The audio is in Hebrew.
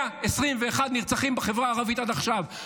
121 נרצחים בחברה הערבית עד עכשיו,